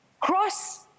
cross